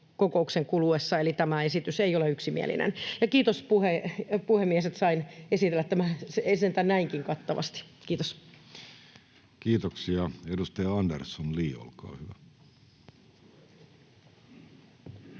kokouksen kuluessa. Eli tämä esitys ei ole yksimielinen. Kiitos, puhemies, että sain esitellä tämän sentään näinkin kattavasti. — Kiitos. [Speech 101] Speaker: Jussi Halla-aho